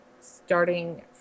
starting